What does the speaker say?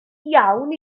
iawn